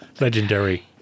legendary